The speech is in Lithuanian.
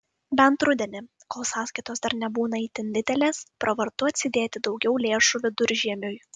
bent rudenį kol sąskaitos dar nebūna itin didelės pravartu atsidėti daugiau lėšų viduržiemiui